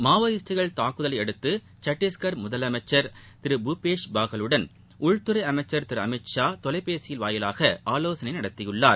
மாவோயிஸ்டுகள் தாக்குதலையடுத்து சத்தீஸ்கர் முதலமைச்சர் திரு பூபேஷ் பாகலுடன் உள்துறை அமைச்சர் திரு அமித் ஷா தொலைபேசி வாயிலாக ஆலோசனை நடத்தியுள்ளார்